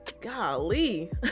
golly